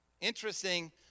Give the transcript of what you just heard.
interesting